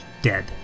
Dead